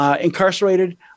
incarcerated